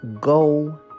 Go